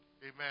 Amen